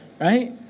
Right